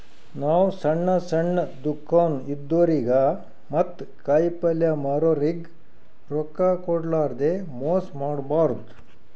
ನಾವ್ ಸಣ್ಣ್ ಸಣ್ಣ್ ದುಕಾನ್ ಇದ್ದೋರಿಗ ಮತ್ತ್ ಕಾಯಿಪಲ್ಯ ಮಾರೋರಿಗ್ ರೊಕ್ಕ ಕೋಡ್ಲಾರ್ದೆ ಮೋಸ್ ಮಾಡಬಾರ್ದ್